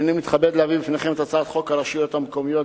הנני מתכבד להביא בפניכם את הצעת חוק הרשויות המקומיות